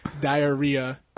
diarrhea